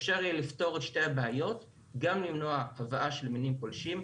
אפשר יהיה לפתור את שתי הבעיות גם למנוע הבאה של מינים פולשים,